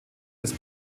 des